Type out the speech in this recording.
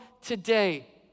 today